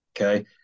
okay